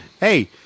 Hey